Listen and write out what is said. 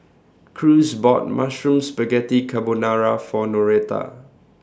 Cruz bought Mushroom Spaghetti Carbonara For Noretta